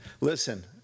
listen